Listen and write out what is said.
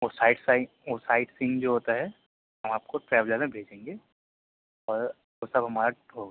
اور سائٹ اور sight seeing جو ہوتا ہے ہم آپ کو ٹریویلر میں بھجیں گے اور سب ہمارا ہوگا